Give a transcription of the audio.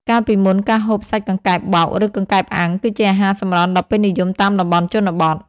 កាលពីមុន ការហូបសាច់កង្កែបបោក ឬកង្កែបអាំង គឺជាអាហារសម្រន់ដ៏ពេញនិយមតាមតំបន់ជនបទ។